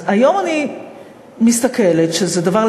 אז היום אני מסתכלת שזה דבר,